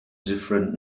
different